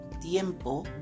tiempo